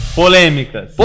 polêmicas